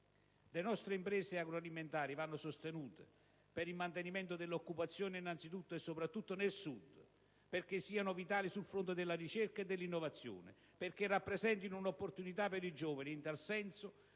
Le nostre imprese agroalimentari vanno sostenute, innanzitutto per il mantenimento dell'occupazione, al Sud in modo particolare, perché siano vitali sul fronte della ricerca e dell'innovazione, perché rappresentino un'opportunità per i giovani: in tal senso